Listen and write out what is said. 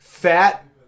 Fat